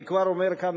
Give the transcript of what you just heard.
אני כבר אומר כאן,